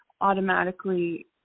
automatically